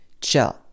Chill